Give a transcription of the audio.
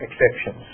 exceptions